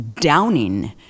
downing